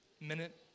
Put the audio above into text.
minute